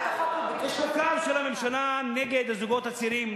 יש כלל של הממשלה נגד הזוגות הצעירים,